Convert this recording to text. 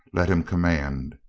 let him command,